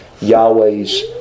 Yahweh's